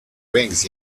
wings